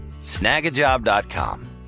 Snagajob.com